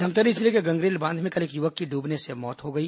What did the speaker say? धमतरी जिले के गंगरेल बांध में कल एक युवक की डूबने से मौत हो गई